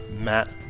Matt